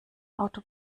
auto